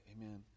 amen